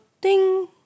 ding